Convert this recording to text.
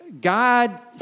God